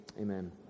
amen